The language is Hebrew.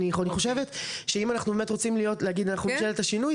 אבל אני חושבת שאם אנחנו באמת רוצים להגיד "אנחנו ממשלת השינוי",